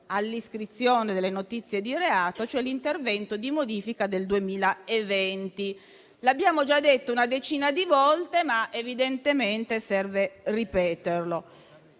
sull'iscrizione delle notizie di reato, cioè all'intervento di modifica del 2020. L'abbiamo già detto una decina di volte, ma evidentemente serve ripeterlo.